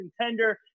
contender